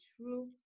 true